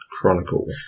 chronicle